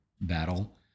battle